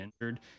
injured